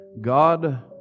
God